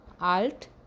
Alt